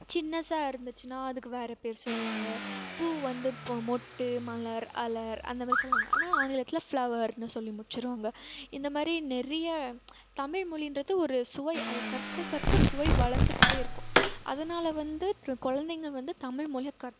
சின்னசாக இருந்துச்சுனா அதுக்கு வேறு பேர் சொல்லுவாங்க பூ வந்து இப்போ மொட்டு மலர் அலர் அந்த மாதிரி சொல்லுவாங்க ஆனால் ஆங்கிலத்தில் ஃப்ளவர்னு சொல்லி முடிச்சுருவாங்க இந்த மாதிரி நிறையா தமிழ் மொழின்றது ஒரு சுவை அதை கற்க கற்க சுவை வளர்ந்துக்கிட்டே இருக்கும் அதனால வந்து கொழந்தைங்க வந்து தமிழ் மொழிய கற்